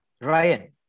Ryan